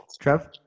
Trev